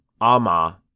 Ama